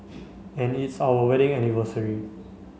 and it's our wedding anniversary